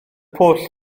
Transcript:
pwll